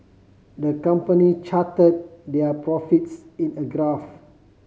the company chart their profits in a graph